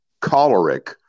choleric